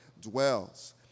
dwells